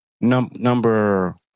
number